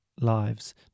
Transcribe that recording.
lives